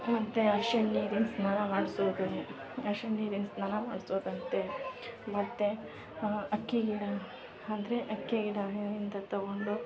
ಮತ್ತೆ ಅರಿಶ್ಣ ನೀರಿನ ಸ್ನಾನ ಮಾಡಿಸೋದು ಅರಿಶ್ಣ ನೀರಿನ ಸ್ನಾನ ಮಾಡಿಸೋದಂತೆ ಮತ್ತೆ ಅಕ್ಕಿ ಹಿಡ ಅಂದರೆ ಅಕ್ಕಿ ಹಿಡ ಇಂದ ತೊಗೊಂಡು